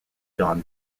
don